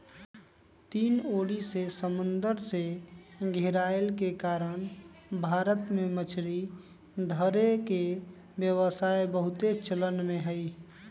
तीन ओरी से समुन्दर से घेरायल के कारण भारत में मछरी धरे के व्यवसाय बहुते चलन में हइ